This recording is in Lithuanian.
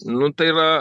nu tai va